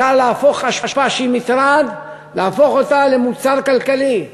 אפשר להפוך אשפה שהיא מטרד למוצר כלכלי.